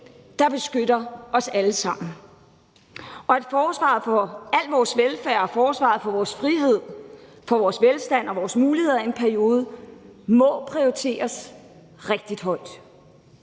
der beskytter os alle sammen. Det handler om, at forsvaret for al vores velfærd og forsvaret for vores frihed, vores velstand og vores muligheder i en periode må prioriteres rigtig højt,